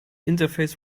interface